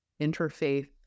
interfaith